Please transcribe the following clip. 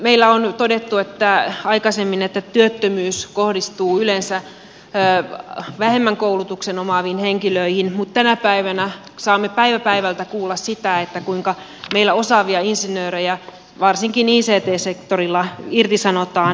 meillä on todettu aikaisemmin että työttömyys kohdistuu yleensä vähemmän koulutusta omaaviin henkilöihin mutta tänä päivänä saamme päivä päivältä kuulla sitä kuinka meillä osaavia insinöörejä varsinkin ict sektorilla irtisanotaan